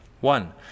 One